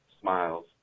Smiles